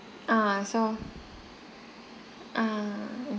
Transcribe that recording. uh so uh